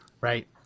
Right